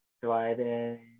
driving